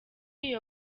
iyo